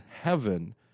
heaven